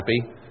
happy